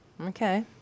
Okay